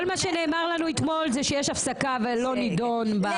כל מה שנאמר לנו אתמול זה שיש שהפסקה ולא נדון בסעיף,